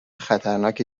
خطرناک